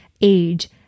age